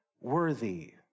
worthy